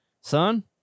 Son